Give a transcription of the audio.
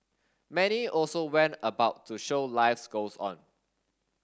many also went about to show lives goes on